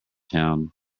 town